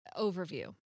overview